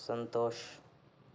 ಸಂತೋಷ